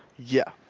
yeah,